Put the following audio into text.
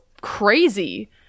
crazy